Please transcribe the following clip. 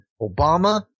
Obama